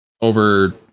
over